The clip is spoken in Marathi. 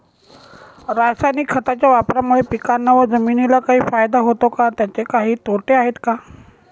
रासायनिक खताच्या वापरामुळे पिकांना व जमिनीला काही फायदा होतो का? त्याचे काही तोटे आहेत का?